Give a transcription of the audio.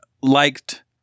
liked